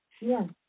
Yes